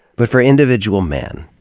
but for individual men,